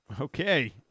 Okay